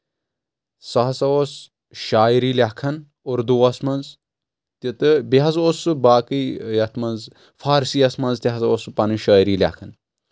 سُہ ہسا اوس شاعری لیکھان اُردوَس منٛز تہِ تہٕ بیٚیہِ حظ اوس سُہ باقٕے یتھ منٛز فارسیس منٛز تہِ ہسا اوس سُہ پنٕنۍ شٲعری لیکھان